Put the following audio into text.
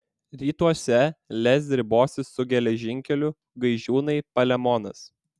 rytuose lez ribosis su geležinkeliu gaižiūnai palemonas